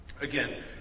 Again